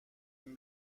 این